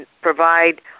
provide